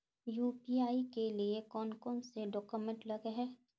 UPI के लिए कौन कौन से डॉक्यूमेंट लगे है?